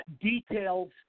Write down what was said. details